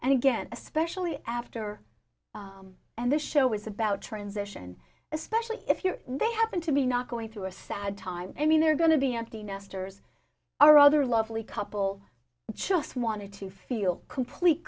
and again especially after and this show is about transition especially if you're they happen to be not going through a sad time i mean they're going to be empty nesters are other lovely couple just wanted to feel complete